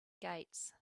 gates